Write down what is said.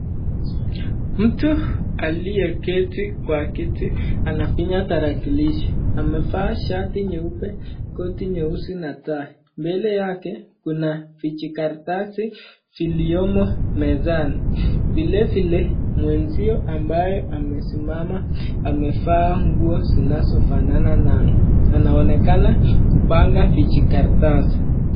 Mtu aliye keti kwa kiti anatumia tarakilishi na amevaa shati nyeupe na koti nyeusi na tai mbele yake anamakaratasi mezani mwenzake amevaa nguo imefanana na anaonekana kupanga vijikaratasi.